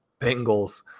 Bengals